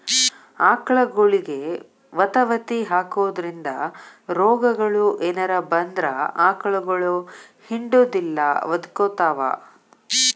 ಆಕಳಗೊಳಿಗೆ ವತವತಿ ಹಾಕೋದ್ರಿಂದ ರೋಗಗಳು ಏನರ ಬಂದ್ರ ಆಕಳಗೊಳ ಹಿಂಡುದಿಲ್ಲ ಒದಕೊತಾವ